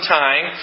time